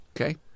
Okay